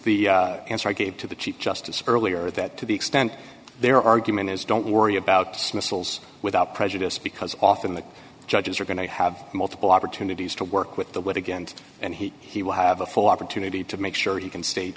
answer i gave to the chief justice earlier that to the extent their argument is don't worry about missiles without prejudice because often the judges are going to have multiple opportunities to work with the white again and he he will have a full opportunity to make sure he can state